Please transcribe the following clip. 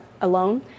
alone